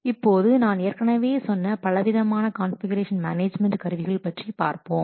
இப்போது நான் ஏற்கனவே சொன்ன பலவிதமான கான்ஃபிகுரேஷன் மேனேஜ்மென்ட் கருவிகள் பற்றி பார்ப்போம்